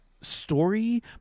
story